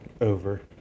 Over